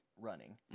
running